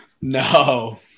No